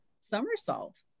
somersault